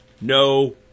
No